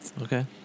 Okay